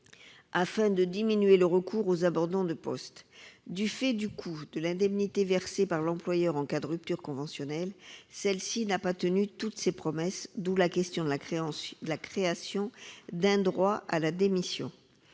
de diminuer le recours aux abandons de poste. Du fait du coût de l'indemnité versée par l'employeur en cas de rupture conventionnelle, ce dispositif n'a pas tenu toutes ses promesses, d'où l'idée de créer un droit à la démission.